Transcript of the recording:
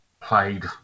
played